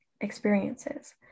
experiences